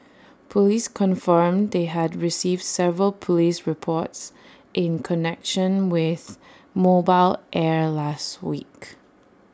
Police confirmed they had received several Police reports in connection with mobile air last week